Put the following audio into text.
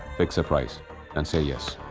fix a price and say yes!